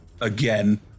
again